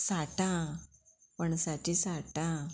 साठां पणसाची साठां